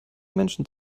menschen